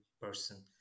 person